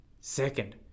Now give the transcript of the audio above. Second